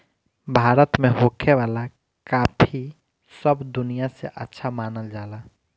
भारत में होखे वाला काफी सब दनिया से अच्छा मानल जाला